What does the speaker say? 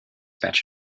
batch